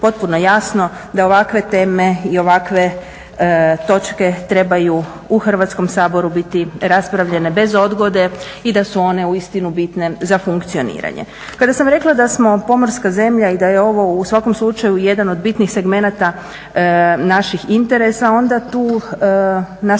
potpuno jasno da ovakve teme i ovakve točke trebaju u Hrvatskom saboru biti raspravljene bez odgode i da su one uistinu bitne za funkcioniranje. Kada sam rekla da smo pomorska zemlja i da je ovo u svakom slučaju jedan od bitnih segmenata naših interesa onda tu naše